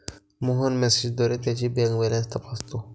रोहन मेसेजद्वारे त्याची bank balance तपासतो